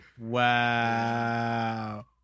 Wow